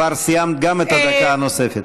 כבר סיימת גם את הדקה הנוספת.